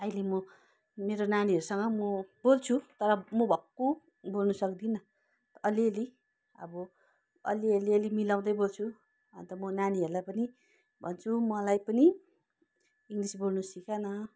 अहिले म मेरो नानीहरूसँग म बोल्छु तर म भक्कु बोल्नु सक्दिनँ अलिअलि अब अलिअलि अलि मिलाउँदै बोल्छु अन्त म नानीहरूलाई पनि भन्छु मलाई पनि इङ्ग्लिस बोल्नु सिका न